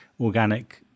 organic